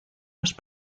los